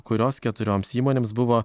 kurios keturioms įmonėms buvo